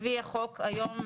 לפי החוק היום,